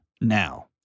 now